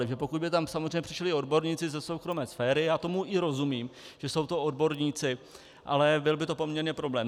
Že pokud by tam samozřejmě přišli odborníci ze soukromé sféry, a já tomu i rozumím, že jsou to odborníci, ale byl by to poměrně problém.